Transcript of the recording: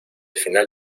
final